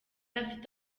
afite